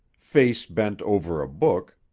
face bent over a book,